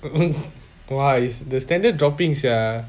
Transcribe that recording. !wah! the standard dropping sia